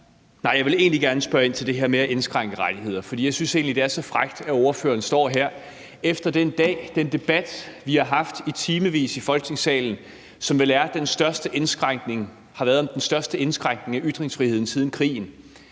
Men jeg vil egentlig gerne spørge ind til det her med at indskrænke rettigheder, for jeg synes egentlig, det er så frækt, at der – efter den debat, vi i dag har haft i timevis i Folketingssalen, om det, som vel er den største indskrænkning af ytringsfriheden siden krigen